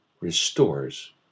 restores